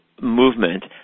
movement